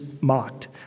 mocked